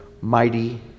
Mighty